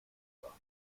über